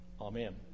Amen